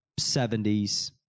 70s